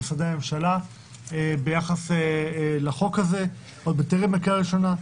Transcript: משרדי הממשלה ביחס לחוק הזה עוד בטרם קריאה ראשונה.